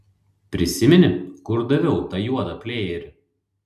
prisimeni kur daviau tą juodą plėjerį